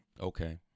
Okay